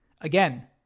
Again